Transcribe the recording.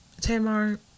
tamar